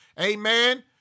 Amen